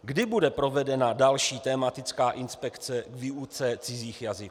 Kdy bude provedena další tematická inspekce k výuce cizích jazyků?